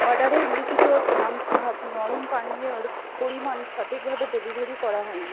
অর্ডারে উল্লিখিত Thums Up নরম পানীয়র পরিমাণ সঠিকভাবে ডেলিভারি করা হয়নি